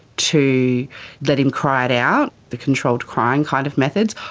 to let him cry it out, the controlled crying kind of methods,